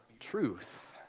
truth